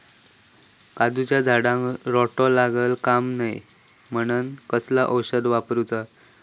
काजूच्या झाडांका रोटो लागता कमा नये म्हनान कसला औषध वापरूचा?